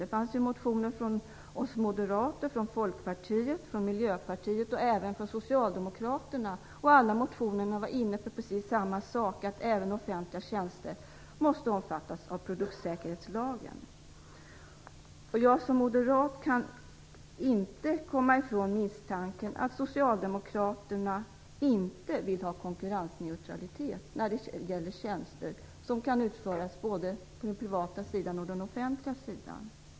Det fanns motioner från oss moderater, Folkpartiet, Miljöpartiet och även från socialdemokrater. Alla var inne på precis samma sak, att även offentliga tjänster måste omfattas av produktsäkerhetslagen. Som moderat kan jag inte komma ifrån misstanken att Socialdemokraterna inte vill ha konkurrensneutralitet när det gäller tjänster som kan utföras både på den offentliga och på den privata sidan.